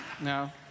No